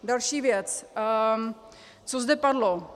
Další věc, co zde padlo.